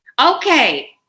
okay